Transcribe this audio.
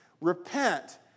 repent